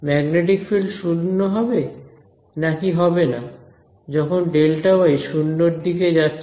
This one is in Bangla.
ম্যাগনেটিক ফিল্ড শূন্য হবে নাকি হবে না যখন Δy 0 এর দিকে যাচ্ছে